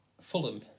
Fulham